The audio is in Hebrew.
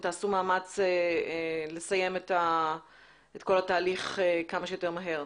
תעשו מאמץ לסיים את כל התהליך כמה שיותר מהר?